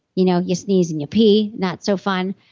you know you sneeze and you pee. not so fun.